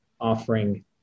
offering